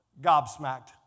gobsmacked